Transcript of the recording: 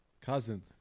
Cousin